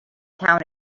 town